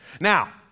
Now